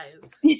guys